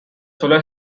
solar